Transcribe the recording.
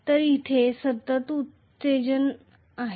तर इथे सतत एक्साइटेशन आहे